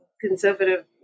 conservative